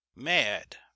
MAD